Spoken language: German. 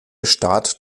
staat